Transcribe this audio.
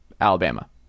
Alabama